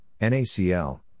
NACL